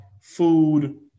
food